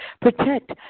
protect